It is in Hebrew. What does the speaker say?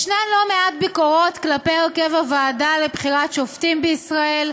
יש לא מעט ביקורות כלפי הרכב הוועדה לבחירת שופטים בישראל,